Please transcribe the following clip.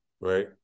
right